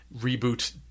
reboot